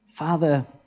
Father